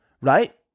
right